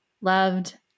loved